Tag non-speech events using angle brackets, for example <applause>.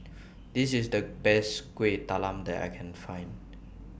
<noise> This IS The Best Kuih Talam that I Can Find